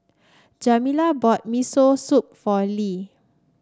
Jamila bought Miso Soup for Le